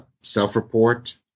self-report